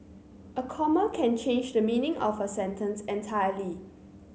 a comma can change the meaning of a sentence entirely